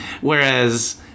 whereas